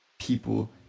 people